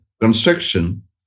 construction